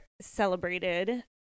celebrated